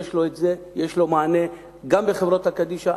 יש לו מענה גם בחברות קדישא.